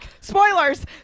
Spoilers